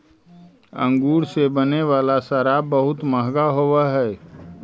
अंगूर से बने वाला शराब बहुत मँहगा होवऽ हइ